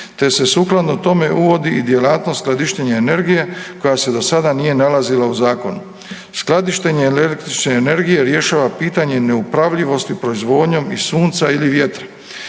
te se sukladno tome uvodi i djelatnost skladištenja energije koja se do sada nije nalazila u zakonu. Skladištenje električne energije rješava pitanje neupravljivosti proizvodnjom i sunca ili vjetra